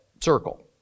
circle